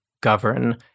govern